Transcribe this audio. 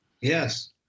Yes